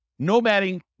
nomading